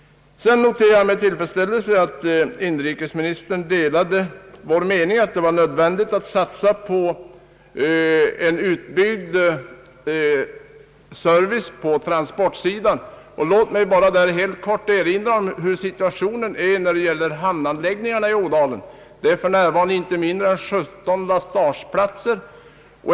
Vidare noterar jag med tillfredsställelse att inrikesministern delar uppfattningen, att det är nödvändigt att satsa på en utbyggd service på transportsidan. Låt mig bara helt kort erinra om hur situationen är i fråga om hamnanläggningarna i Ådalen. För närvarande finns inte mindre än 17 lastageplatser.